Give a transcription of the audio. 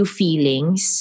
feelings